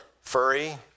furry